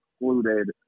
excluded